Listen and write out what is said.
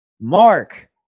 Mark